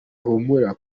humura